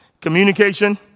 communication